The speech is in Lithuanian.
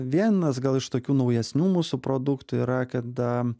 vienas gal iš tokių naujesnių mūsų produktų yra kada